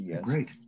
great